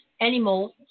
animals